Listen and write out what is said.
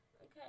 Okay